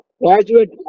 graduate